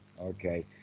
Okay